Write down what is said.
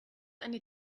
eine